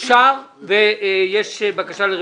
הצבעה בעד,